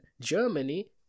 Germany